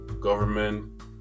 government